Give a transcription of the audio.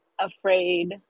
afraid